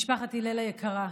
משפחת הלל היקרה,